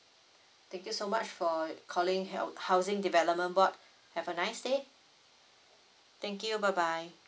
thank you so much for calling hou~ housing development board have a nice day thank you bye bye